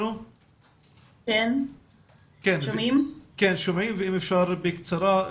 אם אפשר בקצרה,